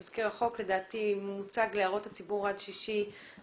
תזכיר החוק לדעתי מוצג להערות הציבור עד 6 בדצמבר.